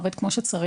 עובד כמו שצריך.